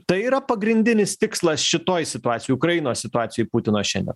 tai yra pagrindinis tikslas šitoj situacijoj ukrainos situacijoj putino šiandien